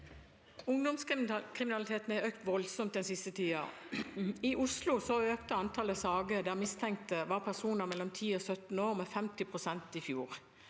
Ungdomskriminaliteten har økt voldsomt den siste tida. I Oslo økte antallet saker der mistenkte var personer mellom 10 og 17 år, med 50 pst. i fjor.